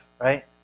right